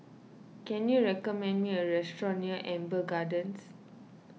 can you recommend me a restaurant near Amber Gardens